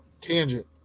Tangent